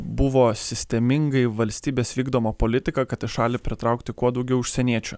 buvo sistemingai valstybės vykdoma politika kad į šalį pritraukti kuo daugiau užsieniečių